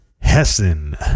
Hessen